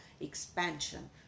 expansion